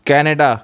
Canada